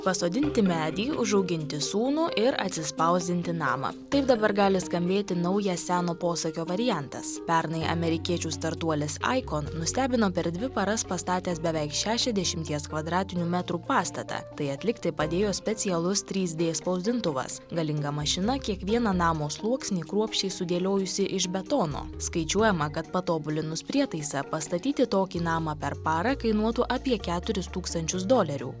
pasodinti medį užauginti sūnų ir atsispausdinti namą taip dabar gali skambėti naujas seno posakio variantas pernai amerikiečių startuolis icon nustebino per dvi paras pastatęs beveik šešiasdešimties kvadratinių metrų pastatą tai atlikti padėjo specialus trys d spausdintuvas galinga mašina kiekvieną namo sluoksnį kruopščiai sudėliojusi iš betono skaičiuojama kad patobulinus prietaisą pastatyti tokį namą per parą kainuotų apie keturis tūkstančius dolerių